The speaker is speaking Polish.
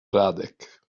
radek